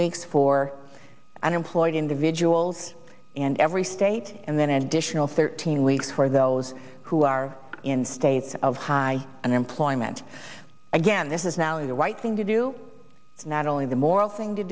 weeks for unemployed individuals in every state and then additional thirteen weeks for those who are in states of high unemployment again this is now is the right thing to do not only the moral thing to